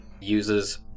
uses